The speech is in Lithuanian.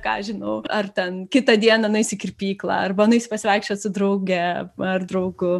ką aš žinau ar ten kitą dieną nueisi į kirpyklą arba nueisi pasivaikščiot su drauge ar draugu